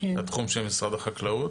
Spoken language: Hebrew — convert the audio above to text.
התחום של משרד החקלאות.